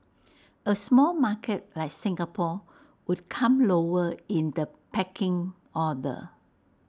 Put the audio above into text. A small market like Singapore would come lower in the pecking order